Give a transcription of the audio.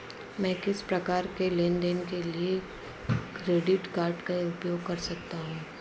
मैं किस प्रकार के लेनदेन के लिए क्रेडिट कार्ड का उपयोग कर सकता हूं?